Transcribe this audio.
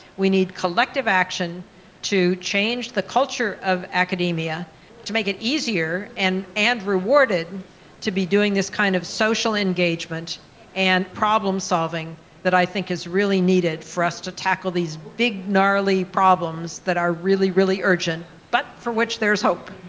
we need collective action to change the culture of academia to make it easier and and reward it to be doing this kind of social engagement and problem-solving but i think is really needed for us to tackle these big gnarly problems that are really, really urgent, but for which there is hope.